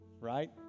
Right